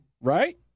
Right